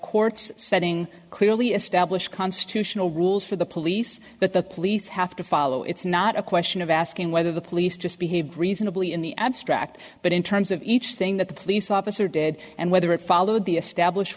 courts setting clearly established constitutional rules for the police but the police have to follow it's not a question of asking whether the police just behave reasonably in the abstract but in terms of each thing that the police officer dead and whether it followed the establish